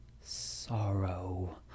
sorrow